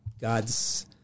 God's